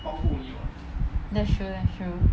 that's true that's true